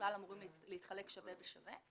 שככלל אמורים להתחלק שווה בשווה,